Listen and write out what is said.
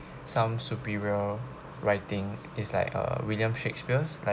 some superior writing is like uh william shakespeare